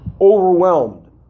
overwhelmed